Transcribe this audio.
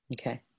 Okay